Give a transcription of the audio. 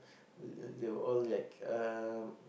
they were all like um